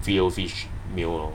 fillet O fish meal lor